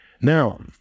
Now